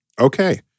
Okay